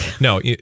no